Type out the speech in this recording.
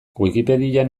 wikipedian